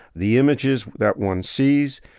the images that one sees,